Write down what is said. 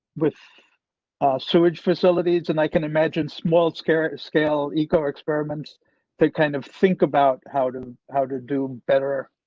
with sewage facilities, and i can imagine small scare scale eco experiments that kind of think about how to how to do better.